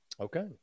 Okay